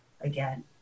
again